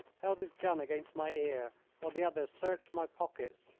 held his gun against my ear while the others searched my pockets,